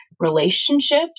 relationships